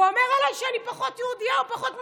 ואומר עליי שאני פחות יהודייה או פחות מסורתית.